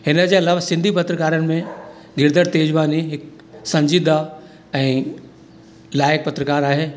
हिनजे अलावा सिंधी पत्रिकारनि में गिरधर तेजवानी हिकु संजिदा ऐं लाइकु पत्रकार आहे